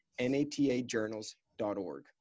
natajournals.org